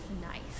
nice